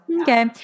okay